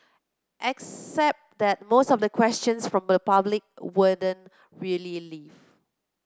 except that most of the questions from the public wouldn't really live